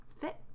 fit